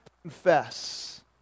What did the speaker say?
confess